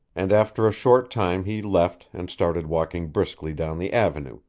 and after a short time he left and started walking briskly down the avenue,